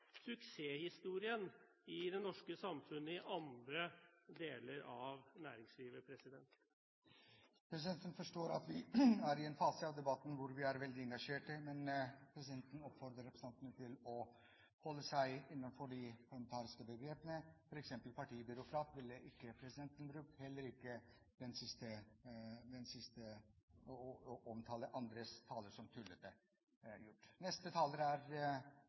suksesshistorien i andre deler av næringslivet i det norske samfunnet. Presidenten forstår at man er i en fase av debatten hvor man er veldig engasjert, men presidenten oppfordrer representantene til å holde seg innenfor de parlamentariske begrepene. For eksempel ville ikke presidenten sagt «partibyråkrat» og heller ikke omtalt andres taler som «tullete». Jeg har lyst til å gi en kommentar til forrige taler,